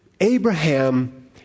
Abraham